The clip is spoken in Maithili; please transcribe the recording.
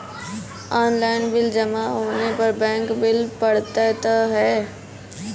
ऑनलाइन बिल जमा होने पर बैंक बिल पड़तैत हैं?